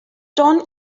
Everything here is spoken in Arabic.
جون